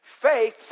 Faith